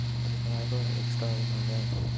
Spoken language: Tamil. அதுக்கு ஆயருபா எக்ஸ்டா ஆகுமாங்க